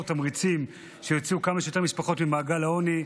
תמריצים שיוציאו כמה שיותר משפחות ממעגל העוני.